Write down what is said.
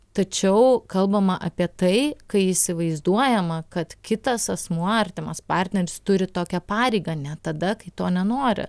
tačiau kalbama apie tai kai įsivaizduojama kad kitas asmuo artimas partneris turi tokią pareigą net tada kai to nenori